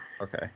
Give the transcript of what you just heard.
Okay